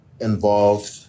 involved